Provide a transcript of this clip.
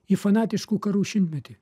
į fanatiškų karų šimtmetį